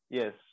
yes